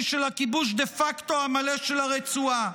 של הכיבוש דה פקטו המלא של הרצועה?